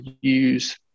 use